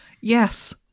Yes